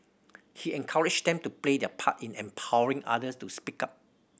he encouraged them to play their part in empowering others to speak up